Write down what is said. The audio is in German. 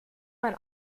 man